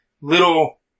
little